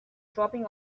dropping